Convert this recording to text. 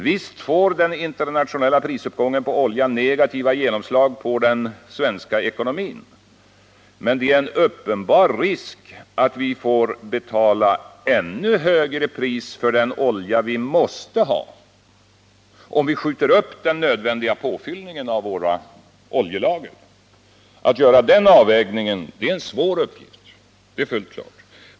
Visst får den internationella prisuppgången på olja negativa genomslag på den svenska ekonomin. Men det är en uppenbar risk att vi får betala ännu högre pris för den olja vi måste ha, om vi skjuter upp den nödvändiga påfyllningen av våra oljelager. Att göra den avvägningen är en svår uppgift — det är fullt klart.